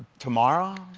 tomorrow?